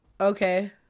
Okay